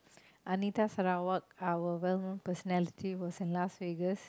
Anita Sarawak our well known personality was in Las Vegas